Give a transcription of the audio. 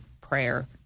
prayer